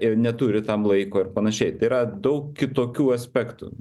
ir neturi tam laiko ir panašiai tai yra daug kitokių aspektų